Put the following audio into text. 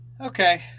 Okay